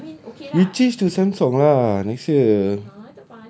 why ah you change to samsung lah next year